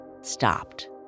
stopped